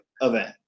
event